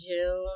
June